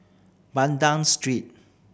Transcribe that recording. Banda Street